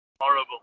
Horrible